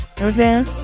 Okay